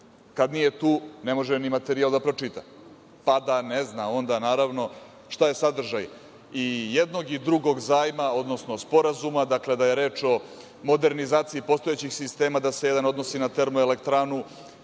Kad nije tu ne može ni materijal da pročita. Pa, da ne zna, onda naravno, šta je sadržaj i jednog i drugog zajma, odnosno sporazuma, dakle, da je reč o modernizaciji postojećih sistema da se jedan odnosi na termoelektranu,